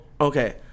okay